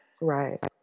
Right